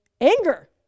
anger